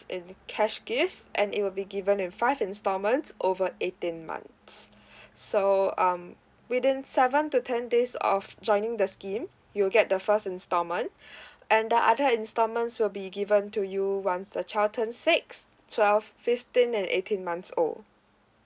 in cash gift and it will be given in five installments over eighteen months so um within seven to ten days of joining the scheme you'll get the first installment and the other installments will be given to you once the child turned six twelve fifteen and eighteen months old